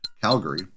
Calgary